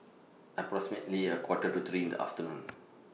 approximately A Quarter to three in The afternoon